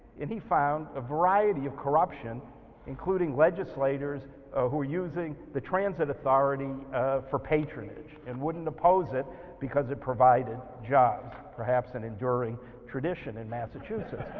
and he found a variety of corruption including legislators who were using the transit authority for patronage and wouldn't oppose it because it provided jobs. perhaps and enduring tradition in massachusetts.